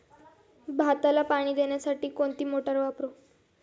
भाताला पाणी देण्यासाठी कोणती मोटार वापरू?